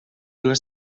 les